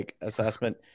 assessment